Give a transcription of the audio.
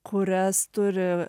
kurias turi